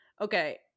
Okay